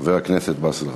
חבר הכנסת באסל גטאס.